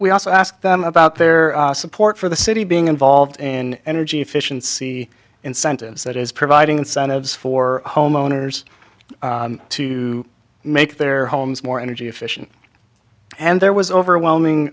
we also ask them about their support for the city being involved in energy efficiency incentives that is providing incentives for homeowners to make their homes more energy efficient and there was overwhelming